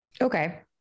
Okay